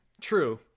True